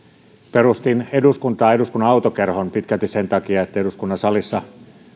perustin eduskuntaan eduskunnan autokerhon pitkälti sen takia että eduskunnan salissa